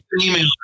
email